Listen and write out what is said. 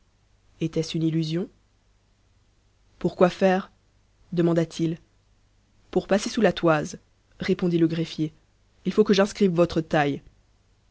était-ce une illusion pourquoi faire demanda-t-il pour passer sous la toise répondit le greffier il faut que j'inscrive votre taille